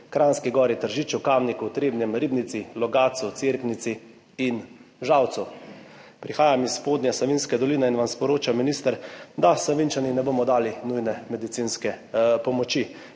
Kranjski Gori, Tržiču, Kamniku, Trebnjem, Ribnici, Logatcu, Cerknici in Žalcu. Prihajam iz Spodnje Savinjske doline in vam sporočam, minister, da Savinjčani ne bomo dali nujne medicinske pomoči.